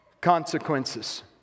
consequences